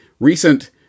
recent